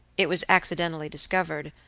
it was accidentally discovered,